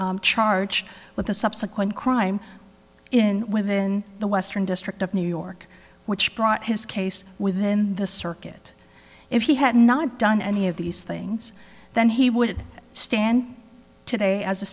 charged with a subsequent crime in within the western district of new york which brought his case within the circuit if he had not done any of these things then he would stand today as a